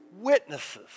witnesses